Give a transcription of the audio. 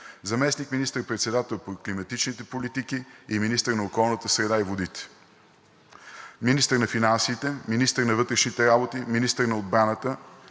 заместник министър-председател по климатичните политики и министър на околната среда и водите; - министър на финансите; - министър на вътрешните работи; - министър на отбраната;